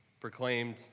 proclaimed